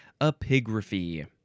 epigraphy